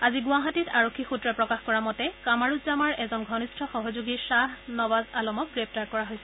আজি গুৱাহাটীত আৰক্ষী সূত্ৰই প্ৰকাশ কৰা মতে কামাৰুজ্জামাৰ এজন ঘনিষ্ঠ সহযোগী খাহ নৱাজ আলমক গ্ৰেপ্তাৰ কৰা হৈছে